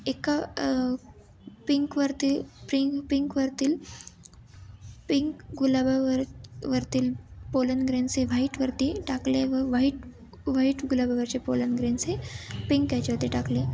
एका पिंकवरती पिंक पिंकवरील पिंक गुलाबावर वरील पोलन ग्रेन्स हे व्हाईटवरती टाकले व व्हाईट व्हाईट गुलाबावरचे पोलन ग्रेन्स हे पिंक ह्याच्यावरती टाकले